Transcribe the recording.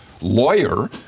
lawyer